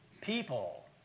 people